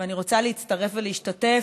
ואני רוצה להצטרף ולהשתתף.